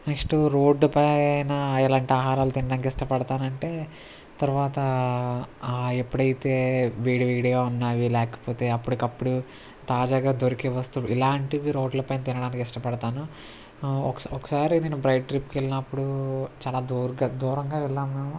next road పైన ఇలాంటి ఆహారాలు తినడానికి ఇష్టపడతానంటే తర్వాత ఎప్పుడైతే వేడివేడిగా ఉన్నవి లేకపోతే అప్పటికప్పుడు తాజాగా దొరికే వస్తువులు ఇలాంటివి రోడ్లపై తినడానికి ఇష్టపడతాను ఒకసారి ఒకసారి బైక్ ట్రిప్ వెళ్ళినప్పుడు చాలా దూర్గా దూరంగా వెళ్ళాము మేము